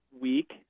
week